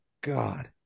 God